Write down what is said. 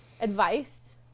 advice